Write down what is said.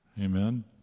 Amen